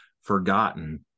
forgotten